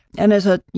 and as a, you